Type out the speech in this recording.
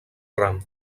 ram